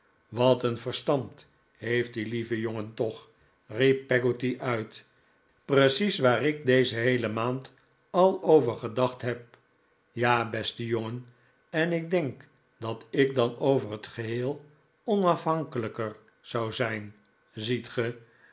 wat een verstand heeft die lieve jongen toch riep peggotty uit precies waar ik deze heele maand al over gedacht heb ja beste jongen en ik denk dat ik dan over het geheel onafhankelijker zou zijn ziet ge